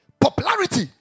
popularity